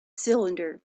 cylinder